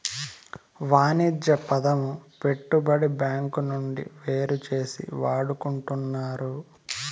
వాణిజ్య పదము పెట్టుబడి బ్యాంకు నుండి వేరుచేసి వాడుకుంటున్నారు